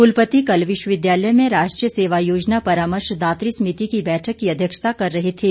कुलपति कल विश्वविद्यालय में राष्ट्रीय सेवा योजना परामर्श दात्री समिति की बैठक की अध्यक्षता कर रहे थे